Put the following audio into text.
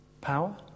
Power